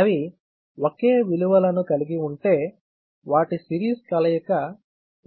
అవి ఒకే విలువ లను కలిగి ఉంటే వాటి సిరీస్ కలయిక